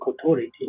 authority